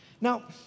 Now